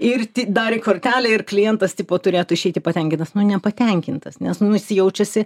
ir ti dar į kortelę ir klientas tipo turėtų išeiti patenkintas nu nepatenkintas nes nu jis jaučiasi